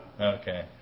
okay